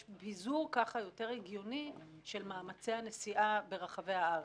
כך יש ביזור יותר הגיוני של מאמצי הנסיעה ברחבי הארץ.